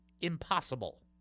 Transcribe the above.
impossible